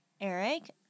Eric